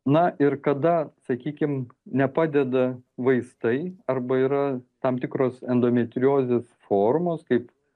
na ir kada sakykim nepadeda vaistai arba yra tam tikros endometriozės formos kaip